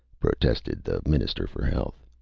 protested the minister for health.